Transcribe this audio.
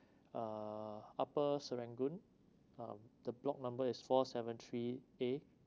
uh upper serangoon um the block number is four seven three a